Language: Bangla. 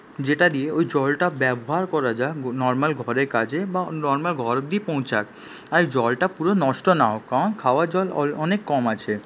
যেটা দিয়ে ওই জলটা ব্যবহার করা যায় নর্মাল ঘরের কাজে বা নর্মাল ঘর অবধি পৌঁছাক আর জলটা পুরো নষ্ট না হোক কারণ খাওয়ার জল অনেক কম আছে